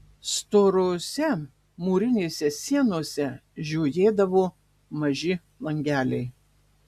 storose mūrinėse sienose žiojėdavo maži langeliai